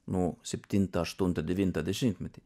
nu septintą aštuntą devintą dešimtmetį